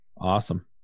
Awesome